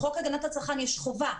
בחוק הגנת הצרכן יש חובה,